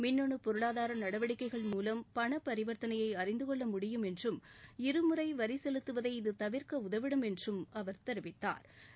மின்னணு பொருளாதார நடவடிக்கைகள் மூலம் பணபரிவர்த்தனையை அறிந்து கொள்ள முடியும் என்றும் இருமுறை வரி செலுத்துவதை தவிர்க்க உதவிடும் என்றும் தெரிவித்தாா்